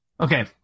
Okay